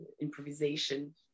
improvisation